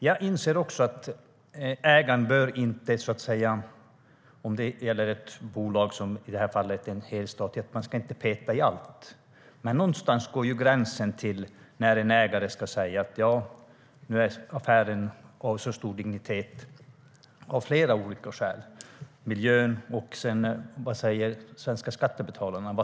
Jag inser också att ägaren till ett bolag, som i det här fallet är statligt, inte bör peta i allt. Men någonstans går gränsen för när en ägare ska säga till. Det finns fler olika skäl: att affären är av stor dignitet, miljön och vad som skulle vara bäst för de svenska skattebetalarna.